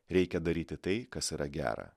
reikia daryti tai kas yra gera